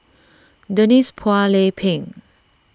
Denise Phua Lay Peng